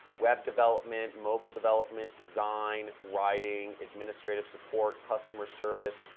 web development, mobile development. design, writing, administrative support, customer service,